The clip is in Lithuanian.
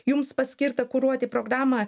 jums paskirta kuruoti programą